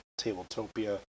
Tabletopia